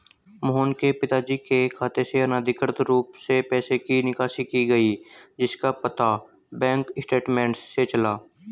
मोहन के पिताजी के खाते से अनधिकृत रूप से पैसे की निकासी की गई जिसका पता बैंक स्टेटमेंट्स से चला